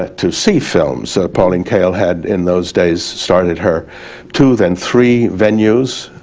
ah to see films. so pauline kael had in those days started her two, then three venues,